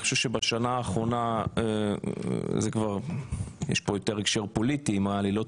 אני חושב שבשנה האחרונה יש פה יותר הקשר פוליטי עם הלילות